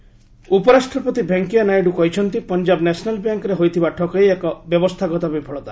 Naidu PNB ଉପରାଷ୍ଟ୍ରପତି ଭେଙ୍କିୟା ନାଇଡୁ କହିଛନ୍ତି Punjab national ବ୍ୟାଙ୍କ୍ରେ ହୋଇଥିବା ଠକେଇ ଏକ ବ୍ୟବସ୍ଥାଗତ ବିଫଳତା